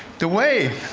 the way